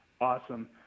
Awesome